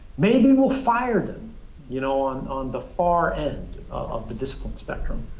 maybe we'll fire them you know on on the far end of the discipline spectrum.